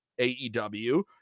AEW